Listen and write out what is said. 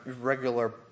regular